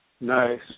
Nice